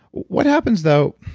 what happens though,